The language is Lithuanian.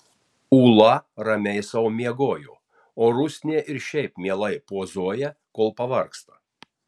ūla ramiai sau miegojo o rusnė ir šiaip mielai pozuoja kol pavargsta